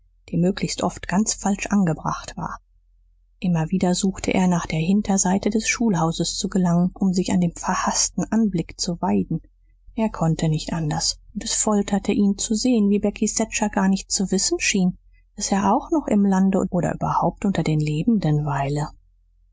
die möglichst oft ganz falsch angebracht war immer wieder suchte er nach der hinterseite des schulhauses zu gelangen um sich an dem verhaßten anblick zu weiden er konnte nicht anders und es folterte ihn zu sehen wie becky thatcher gar nicht zu wissen schien daß er auch noch im lande oder überhaupt unter den lebenden weile